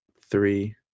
three